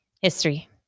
History